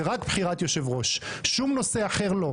זה רק בחירת יושב-ראש ולא שום נושא אחר.